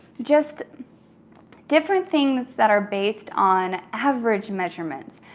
just different things that are based on average measurements.